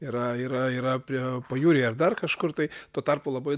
yra yra yra prie pajūry ar dar kažkur tai tuo tarpu labai